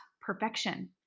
perfection